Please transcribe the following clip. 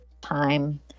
time